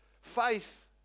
Faith